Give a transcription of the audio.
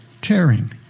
tearing